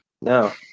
No